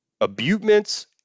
abutments